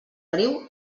riu